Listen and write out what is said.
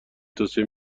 توصیه